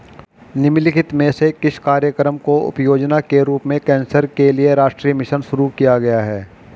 निम्नलिखित में से किस कार्यक्रम को उपयोजना के रूप में कैंसर के लिए राष्ट्रीय मिशन शुरू किया गया है?